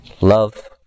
Love